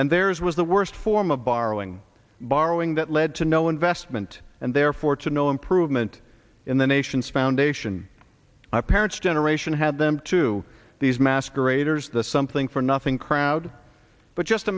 and theirs was the worst form of borrowing borrowing that led to no investment and therefore to no improvement in the nation's foundation my parents generation had them to these masqueraders the something for nothing crowd but just